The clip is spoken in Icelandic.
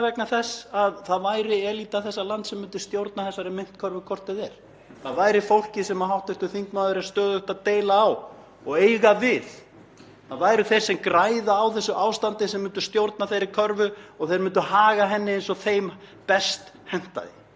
það væru þeir sem græða á þessu ástandi sem myndu stjórna þeirri körfu og myndu haga henni eins og þeim best hentaði. Ef við förum hins vegar út úr þessu kerfi og göngum inn í kerfi sem flestar nágrannaþjóðir okkar og vinaþjóðir hafa tekið upp,